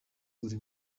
buri